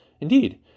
Indeed